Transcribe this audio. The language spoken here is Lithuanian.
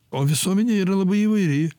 o visuomenė yra labai įvairi